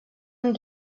amb